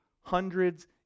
hundreds